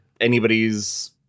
anybody's